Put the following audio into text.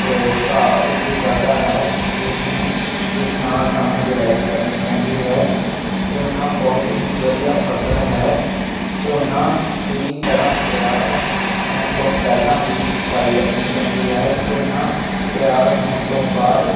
ਘਾਹ ਉੱਗ ਜਾਂਦਾ ਹੈ ਜਿਸ ਨੂੰ ਜਿਸ ਨਾਲ਼ ਸਾਨੂੰ ਗੁਡਾਈ ਕਰਨੀ ਪੈਂਦੀ ਹੈ ਝੋਨਾ ਬਹੁਤ ਹੀ ਵਧੀਆ ਫਸਲ ਹੈ ਝੋਨਾ ਪੂਰੀ ਤਰ੍ਹਾਂ ਤਿਆਰ ਹੋਣ ਤੋਂ ਪਹਿਲਾਂ ਵੀ ਸਫਾਈ ਰੱਖਣੀ ਪੈਂਦੀ ਹੈ ਝੋਨਾ ਤਿਆਰ ਹੋਣ ਤੋਂ ਬਾਅਦ